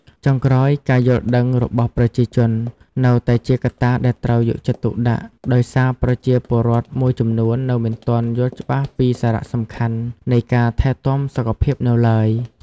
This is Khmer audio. ចុងក្រោយ ការយល់ដឹងរបស់ប្រជាជន នៅតែជាកត្តាដែលត្រូវយកចិត្តទុកដាក់ ដោយសារប្រជាពលរដ្ឋមួយចំនួននៅមិនទាន់យល់ច្បាស់ពីសារៈសំខាន់នៃការថែទាំសុខភាពនៅឡើយ។